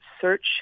search